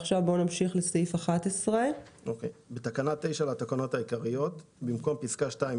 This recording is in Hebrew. נמשיך לסעיף 11. "תיקון תקנה 9 11 בתקנה 9 לתקנות העיקריות,